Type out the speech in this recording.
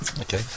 Okay